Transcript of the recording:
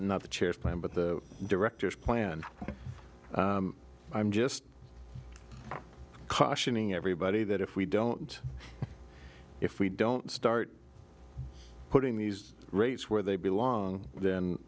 not the chairs plan but the director's plan i'm just cautioning everybody that if we don't if we don't start putting these rates where they belong then